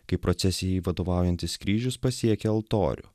kai procesijai vadovaujantis kryžius pasiekė altorių